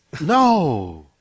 No